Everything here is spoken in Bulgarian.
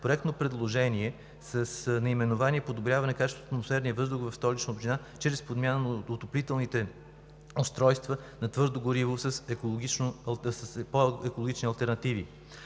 проектно предложение с наименование „Подобряване качеството на атмосферния въздух в Столична община чрез подмяна на отоплителните устройства на твърдо гориво с по-екологични алтернативи“.